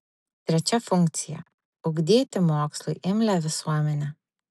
trečia funkcija ugdyti mokslui imlią visuomenę